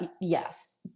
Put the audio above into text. yes